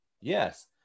yes